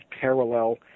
parallel